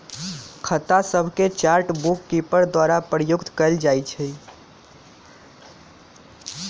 खता सभके chart bookkeeper द्वारा प्रयुक्त कएल जाइ छइ